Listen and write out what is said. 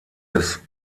des